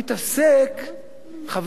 חברי חברי הכנסת,